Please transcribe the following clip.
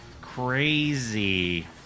Crazy